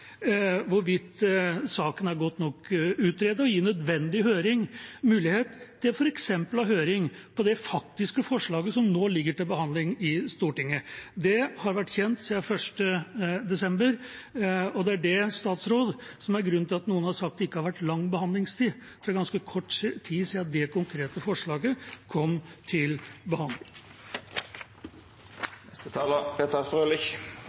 høring om det faktiske forslaget som nå ligger til behandling i Stortinget. Det har vært kjent siden 1. desember, og til statsråden: Det er det som er grunnen til at noen har sagt at det ikke har vært lang behandlingstid. Det er ganske kort tid siden det konkrete forslaget kom til